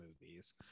movies